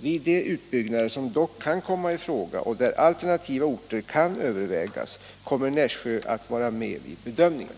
Vid de utbyggnader som dock kan komma i fråga och där alternativa orter kan övervägas kommer Nässjö att vara med vid bedömningen.